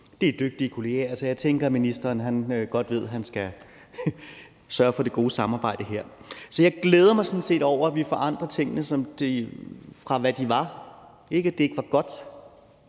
det er dygtige kolleger, så jeg tænker, at ministeren godt ved, at han skal sørge for det gode samarbejde her. Så jeg glæder mig sådan set over, at vi forandrer tingene fra, hvad de var, og det er ikke, fordi